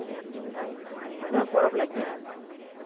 ᱦᱩᱱᱟᱹᱨ ᱯᱚᱨᱚᱵᱽ ᱞᱟᱹᱜᱤᱫ